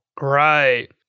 Right